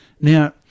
Now